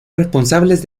responsables